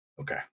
okay